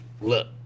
look